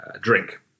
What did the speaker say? drink